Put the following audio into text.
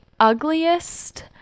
ugliest